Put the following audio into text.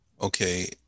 Okay